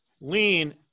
Lean